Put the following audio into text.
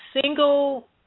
single